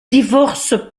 divorcent